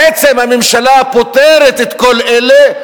בעצם הממשלה פוטרת את כל אלה,